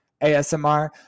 ASMR